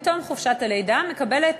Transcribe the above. מתום חופשת הלידה מקבלת